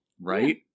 right